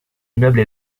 immeuble